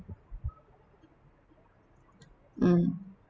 mm